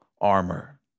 armor